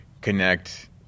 connect